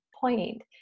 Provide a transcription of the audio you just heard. point